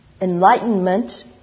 enlightenment